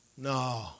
No